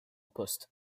poste